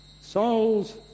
souls